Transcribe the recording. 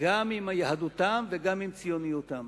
גם עם יהדותם וגם עם ציונותם.